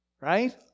right